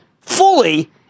fully